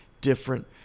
different